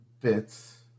bits